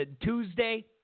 Tuesday